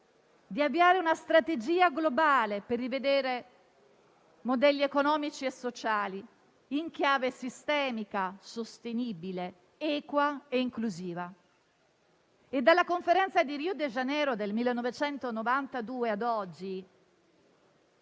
di avviare una strategia globale per rivedere modelli economici e sociali in chiave sistemica, sostenibile, equa e inclusiva. Dalla Conferenza di Rio de Janeiro del 1992 ad oggi